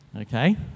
Okay